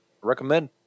recommend